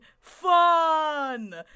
fun